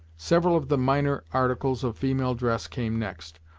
several of the minor articles of female dress came next,